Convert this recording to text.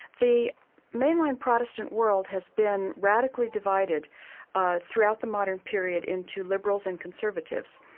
the mainline protestant world has been radically divided throughout the modern period into liberals and conservatives.